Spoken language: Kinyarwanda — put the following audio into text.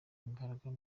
imbaraga